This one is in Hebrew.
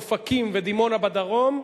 אופקים ודימונה בדרום,